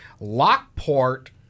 Lockport